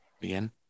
begin